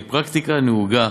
והיא פרקטיקה נהוגה